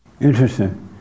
Interesting